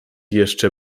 jeszcze